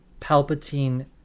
Palpatine